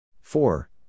Four